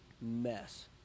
mess